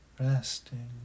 Resting